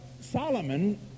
Solomon